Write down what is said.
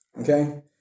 okay